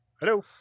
Hello